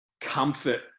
comfort